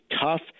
tough